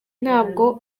ntabwo